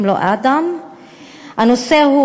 שהתלוננה נגד